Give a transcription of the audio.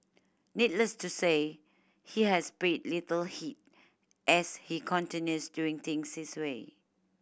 needless to say he has paid little heed as he continues doing things this way